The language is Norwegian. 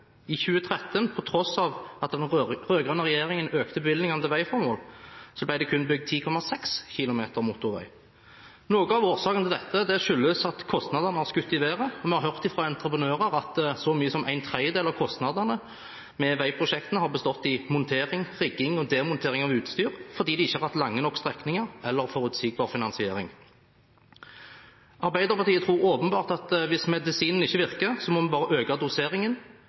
I 2013, på tross av at den rød-grønne regjeringen økte bevilgningene til veiformål, ble det kun bygd 10,6 km motorvei. Noe av årsaken til dette er at kostnadene har skutt i været, og vi har hørt fra entreprenører at så mye som ⅓ av kostnadene ved veiprosjektene har bestått i montering, rigging og demontering av utstyr, fordi de ikke har hatt lange nok strekninger eller forutsigbar finansiering. Arbeiderpartiet tror åpenbart at hvis medisinen ikke virker, må man bare øke doseringen.